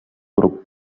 grup